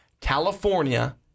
California